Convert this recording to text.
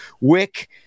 Wick